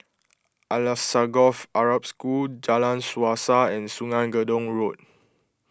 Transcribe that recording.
Alsagoff Arab School Jalan Suasa and Sungei Gedong Road